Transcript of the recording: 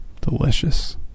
delicious